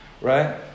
Right